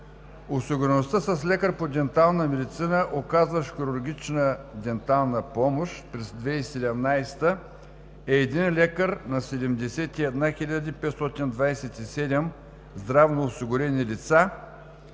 Осигуреността с лекар по дентална медицина, оказващ хирургична дентална помощ, през 2017 г. е един лекар на 71 527 здравноосигурени лица